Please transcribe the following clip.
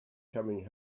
coming